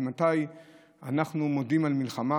ממתי אנחנו מודים על מלחמה?